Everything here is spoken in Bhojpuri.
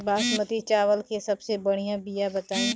बासमती चावल के सबसे बढ़िया बिया बताई?